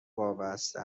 وابسته